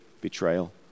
betrayal